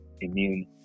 immune